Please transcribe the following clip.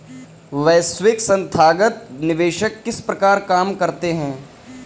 वैश्विक संथागत निवेशक किस प्रकार काम करते हैं?